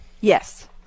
Yes